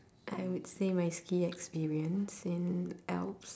I would say my ski experience in alps